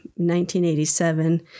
1987